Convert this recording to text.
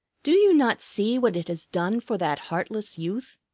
do you not see what it has done for that heartless youth?